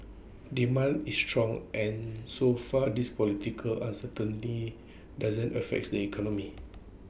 demand is strong and so far this political uncertainty doesn't affects the economy